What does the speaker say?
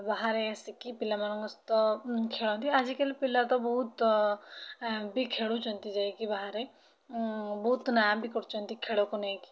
ବାହାରେ ଆସିକି ପିଲାମାନଙ୍କ ସହିତ ଖେଳନ୍ତି ଆଜିକାଲି ପିଲା ତ ବହୁତ ବି ଖେଳୁଛନ୍ତି ଯାଇକି ବାହାରେ ବହୁତ ନାଁ ବି କରୁଛନ୍ତି ଖେଳକୁ ନେଇକି